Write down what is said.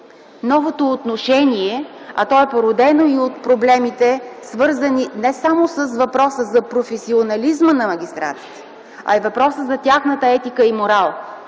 новото отношение, породено от проблемите, свързани не само с въпросите за професионализма на магистратите, а и за тяхната етика и морал.